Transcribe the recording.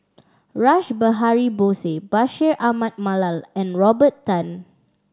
Rash Behari Bose Bashir Ahmad Mallal and Robert Tan